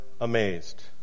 amazed